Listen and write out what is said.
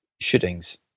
shootings